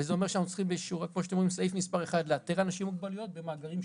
וזה אומר בסעיף מס' 1 לאתר אנשים עם מוגבלויות במאגרים שונים.